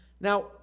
Now